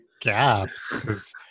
gaps